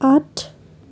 आठ